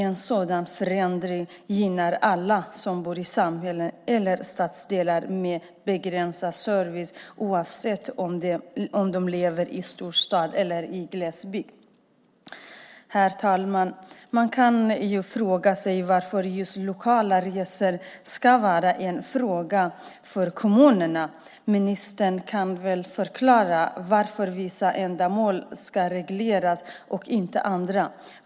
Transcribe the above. En sådan förändring gynnar alla som bor i samhällen eller stadsdelar med begränsad service, oavsett om de lever i storstaden eller i glesbygden. Herr talman! Man kan fråga sig varför just lokala resor ska vara en fråga för kommunerna. Ministern kan väl förklara varför vissa ändamål ska lagregleras och inte andra.